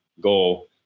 goal